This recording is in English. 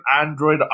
android